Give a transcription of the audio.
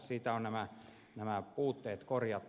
siitä on nämä puutteet korjattu